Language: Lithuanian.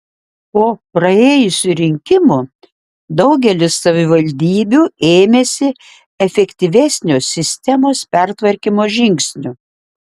po praėjusių rinkimų daugelis savivaldybių ėmėsi efektyvesnio sistemos pertvarkymo žingsnių